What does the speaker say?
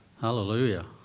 Hallelujah